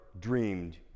dreamed